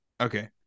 Okay